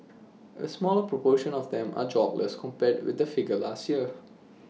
A smaller proportion of them are jobless compared with the figure last year